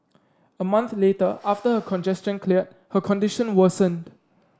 a month later after her congestion cleared her condition worsened